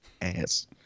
ass